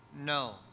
No